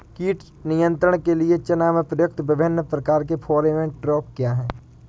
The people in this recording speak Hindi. कीट नियंत्रण के लिए चना में प्रयुक्त विभिन्न प्रकार के फेरोमोन ट्रैप क्या है?